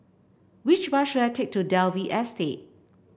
which bus should I take to Dalvey Estate